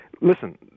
Listen